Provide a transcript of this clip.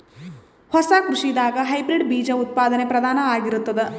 ಹೊಸ ಕೃಷಿದಾಗ ಹೈಬ್ರಿಡ್ ಬೀಜ ಉತ್ಪಾದನೆ ಪ್ರಧಾನ ಆಗಿರತದ